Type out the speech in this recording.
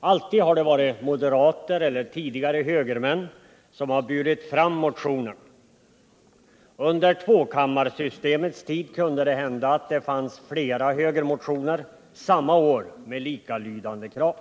Alltid har det varit moderater eller tidigare högermän som burit fram motionerna. Under tvåkammarsystemets tid kunde det hända att det samma år fanns flera högermotioner med likalydande krav.